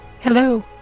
Hello